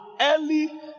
Early